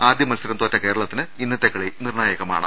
ആദ്യ മത്സരം തോറ്റ കേരള്ത്തിന് ഇന്നത്തെ കളി നിർണാ യകമാണ്